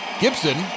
Gibson